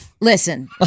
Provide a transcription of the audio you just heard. Listen